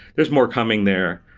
there's more coming there.